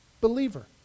believer